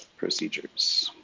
procedures,